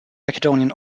macedonian